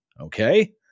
Okay